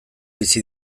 bizi